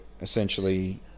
essentially